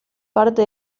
parte